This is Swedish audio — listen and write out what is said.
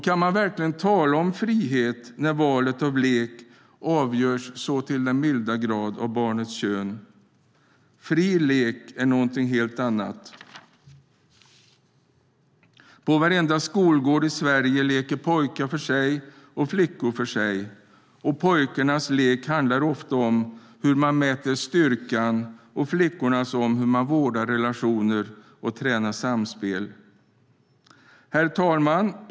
Kan man verkligen tala om frihet när valet av lek avgörs så till den milda grad av barnets kön? Fri lek är någonting helt annat. På varenda skolgård i Sverige leker pojkar för sig och flickor för sig. Pojkarnas lek handlar ofta om hur man mäter styrkan och flickornas om hur man vårdar relationer och tränar samspel. Herr talman!